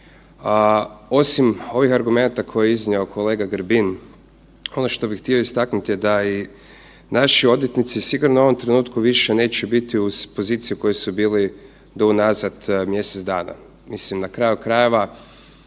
osim ovih argumenata koje je iznio kolega Grbin, ono što bi htio istaknuti da i naši odvjetnici sigurno u ovom trenutku više neće biti u poziciji u kojoj su bili do unazad mjesec dana.